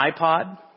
iPod